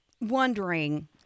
wondering